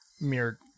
mere